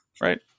right